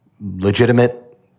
legitimate